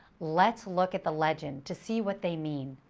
let's look at the legend to see what they mean.